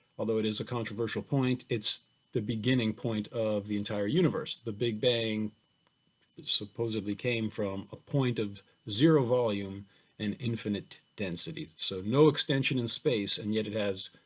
although it is a controversial point, it's the beginning point of the entire universe, the big bang that supposedly came from a point of zero volume and infinite density, so no extension in space and yet it has